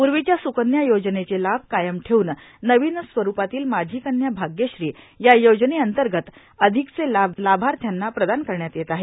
पूर्वीच्या स्कन्या योजनेचे लाभ कायम ठेउन नविन स्वरुपातील माझी कन्या भाग्यश्री या या योजनेअंतर्गत अधिकचे लाभ लाभार्थ्यांना प्रदान करण्यात येत आहेत